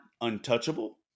untouchable